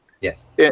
Yes